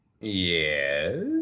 Yes